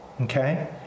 Okay